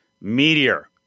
meteor